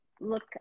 look